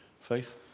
faith